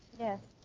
yes.